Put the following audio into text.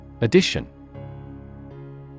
Addition